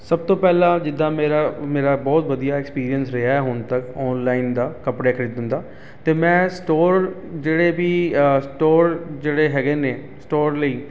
ਸਭ ਤੋਂ ਪਹਿਲਾਂ ਜਿੱਦਾਂ ਮੇਰਾ ਮੇਰਾ ਬਹੁਤ ਵਧੀਆ ਐਕਸਪੀਰੀਐਂਸ ਰਿਹਾ ਹੈ ਹੁਣ ਤੱਕ ਔਨਲਾਈਨ ਦਾ ਕੱਪੜੇ ਖਰੀਦਣ ਦਾ ਅਤੇ ਮੈਂ ਸਟੋਰ ਜਿਹੜੇ ਵੀ ਸਟੋਰ ਜਿਹੜੇ ਹੈਗੇ ਨੇ ਸਟੋਰ ਲਈ